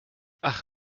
ach